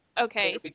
okay